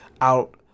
out